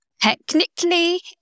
Technically